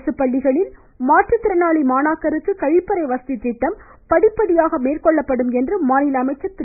அரசு பள்ளிகளில் மாற்றத் திறனாளி மாணாக்கருக்கு கழிப்பறை வசதி திட்டம் படிப்படியாக மேற்கொள்ளப்படும் என்று மாநில அமைச்சர் திரு